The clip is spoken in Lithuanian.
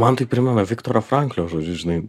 man tai primena viktoro franklio žodžius žinai